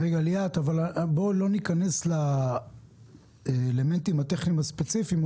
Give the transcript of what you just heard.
ליאת, בואי לא ניכנס לאלמנטים טכניים ספציפיים.